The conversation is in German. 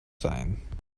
sein